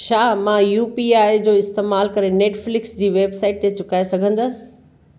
छा मां U P I जो इस्तेमालु करे नैटफ्लिक्स जी वैबसाइट ते चुकाए सघंदसि